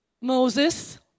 Moses